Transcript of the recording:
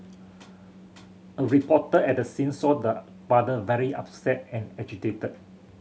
a reporter at the scene saw the father very upset and agitated